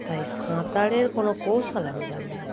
তাই সাঁতারের কোনো কৌশল আমি জানি না